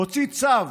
הוציא צו